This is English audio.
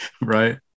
Right